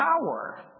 power